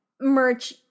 merch